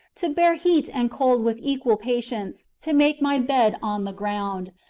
to bear heat and cold with equal patience, to make my bed on the ground,